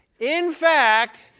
in fact,